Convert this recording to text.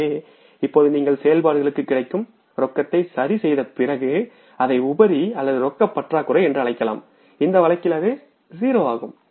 எனவே இப்போது நீங்கள் செயல்பாடுகளுக்குக் கிடைக்கும் ரொக்கத்தை சரிசெய்த பிறகு அதை உபரி அல்லது ரொக்க பற்றாக்குறை என்று அழைக்கலாம் இந்த வழக்கில் அது 0 ஆகும்